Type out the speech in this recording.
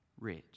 rich